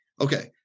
Okay